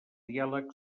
diàleg